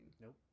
Nope